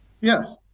yes